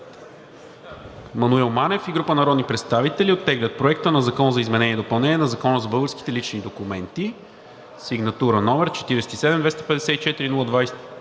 Маноил Манев и група народни представители оттеглят Проекта на Закон за изменение и допълнение на Закона за българските лични документи, сигнатура № 47-254-01-26